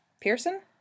Pearson